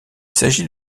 s’agit